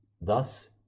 thus